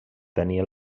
tenir